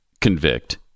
convict